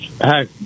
Hi